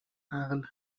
عقل